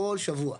כל שבוע,